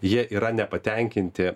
jie yra nepatenkinti